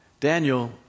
Daniel